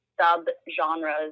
sub-genres